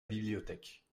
bibliothèque